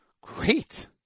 great